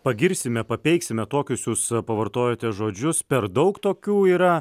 pagirsime papeiksime tokius jus pavartojote žodžius per daug tokių yra